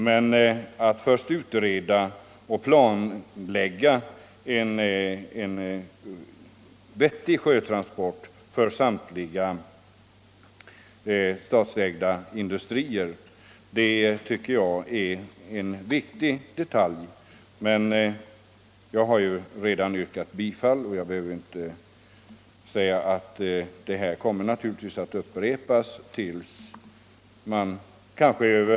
Men att först utreda och planlägga ett vettigt sjötransportsystem för samtliga statsägda industrier tycker jag är en viktig uppgift som inte är förenad med några större kostnader.